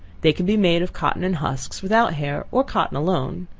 they can be made of cotton and husks, without hair, or cotton alone.